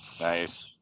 Nice